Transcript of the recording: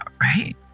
right